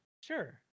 sure